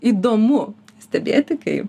įdomu stebėti kai